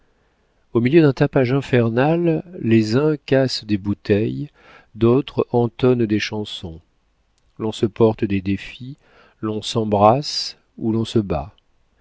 au milieu d'un tapage infernal les uns cassent des bouteilles d'autres entonnent des chansons on se porte des défis on s'embrasse ou l'on se bat